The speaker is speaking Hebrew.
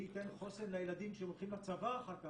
זה ייתן חוסן לילדים כשהם הולכים לצבא אחר כך,